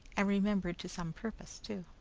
and remembered to some purpose too.